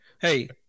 Hey